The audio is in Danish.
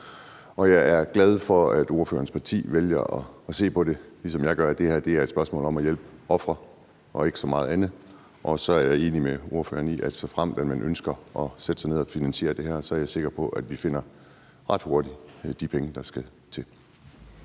Og jeg er glad for, at ordførerens parti vælger at se på det, ligesom jeg gør, nemlig at det her er et spørgsmål om at hjælpe ofre og ikke så meget andet, og så er jeg enig med ordføreren i, at såfremt man ønsker at sætte sig ned og finansiere det her, finder vi ret hurtigt de penge, der skal til,